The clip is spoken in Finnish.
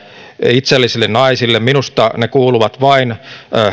itsellisille naisille minusta ne kuuluvat vain